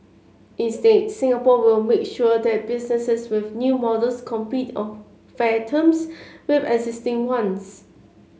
instead Singapore will make sure that businesses with new models compete on fair terms with existing ones